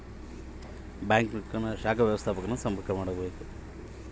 ನಾನು ಸಾಲ ತಗೋಬೇಕಾದರೆ ನಾನು ಯಾರನ್ನು ಸಂಪರ್ಕ ಮಾಡಬೇಕು?